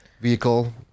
vehicle